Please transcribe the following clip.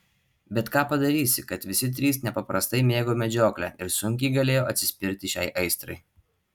bet ką padarysi kad visi trys nepaprastai mėgo medžioklę ir sunkiai galėjo atsispirti šiai aistrai